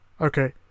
Okay